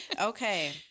Okay